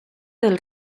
del